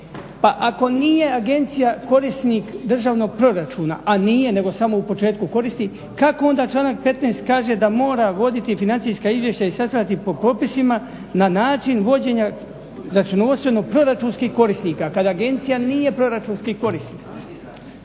ako nije agencija korisnik državnog proračuna, a nije nego samo u početku koristi, kako onda članak 15. kaže da mora voditi financijska izvješća i sastavljati ih po propisima na način vođenja računovodstveno-proračunskih korisnika kad agencija nije proračunski korisnik.